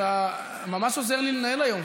אתה ממש עוזר לי לנהל היום,